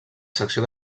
secció